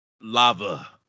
lava